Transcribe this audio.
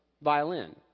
violin